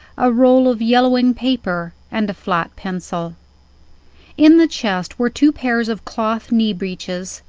a roll of yellowing paper, and a flat pencil in the chest were two pairs of cloth knee breeches,